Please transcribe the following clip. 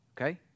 okay